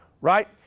right